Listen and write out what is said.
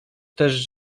też